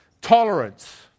tolerance